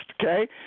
Okay